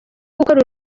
gukora